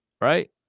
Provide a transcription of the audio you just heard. right